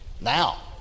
Now